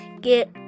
get